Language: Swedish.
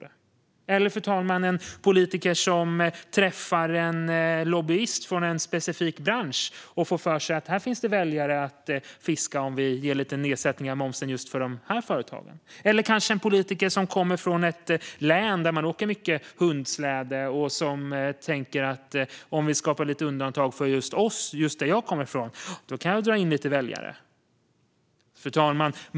Det öppnar upp, fru talman, för att en politiker som träffar en lobbyist från en specifik bransch kan få för sig att det finns röster att fiska om man ger lite nedsättning av momsen just för företagen i den branschen. En politiker som kommer från ett län där man åker mycket hundsläde kanske tänker: Om vi skapar undantag för dem som kommer just där jag kommer från kan jag dra in lite röster. Fru talman!